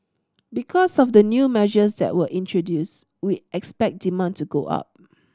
because of the new measures that were introduced we expect demand to go up